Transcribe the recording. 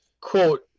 quote